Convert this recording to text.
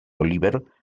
oliver